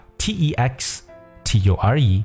texture